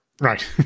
Right